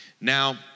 Now